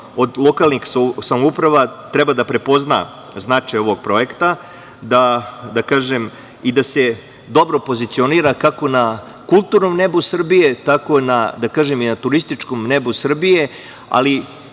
lokalnih samouprava treba da prepozna značaj ovog projekta i da se dobro pozicionira, kako na kulturnom nebu Srbije, tako na turističkom nebu Srbije, ali